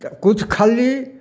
तऽ किछु खल्ली